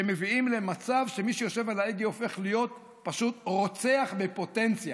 שמביאים למצב שמי שיושב על ההגה הופך להיות פשוט רוצח בפוטנציה.